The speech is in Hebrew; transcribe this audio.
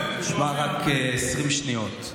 שמע רק 20 שניות.